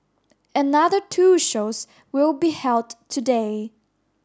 another two shows will be held today